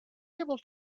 able